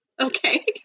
Okay